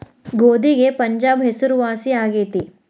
ಗೋಧಿಗೆ ಪಂಜಾಬ್ ಹೆಸರುವಾಸಿ ಆಗೆತಿ